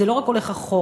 זה לא רק הולך אחורה,